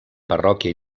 parròquia